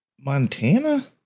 Montana